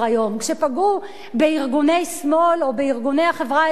כשפגעו בארגוני שמאל או בארגוני החברה האזרחית,